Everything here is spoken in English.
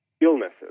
illnesses